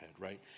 right